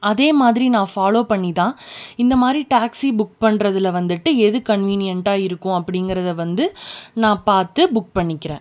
அதேமாதிரி நான் ஃபாலோ பண்ணி தான் இந்தமாதிரி டாக்சி புக் பண்ணுறதுல வந்துட்டு எது கன்வீனியண்ட்டாக இருக்கும் அப்படிங்கிறத வந்து நான் பார்த்து புக் பண்ணிக்கிறேன்